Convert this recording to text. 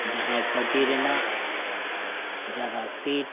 ᱡᱟᱦᱟᱸᱭ ᱨᱮᱱᱟᱜ ᱡᱟᱫᱟ